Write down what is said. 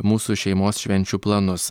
mūsų šeimos švenčių planus